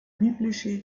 biblische